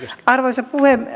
arvoisa